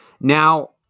Now